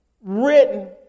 written